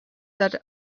that